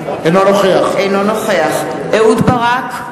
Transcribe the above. אינו נוכח אהוד ברק,